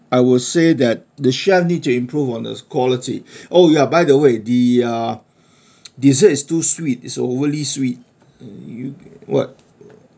I would say that the chef need to improve on his quality oh ya by the way the uh desserts is too sweet it's overly sweet [what]